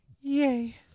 Yay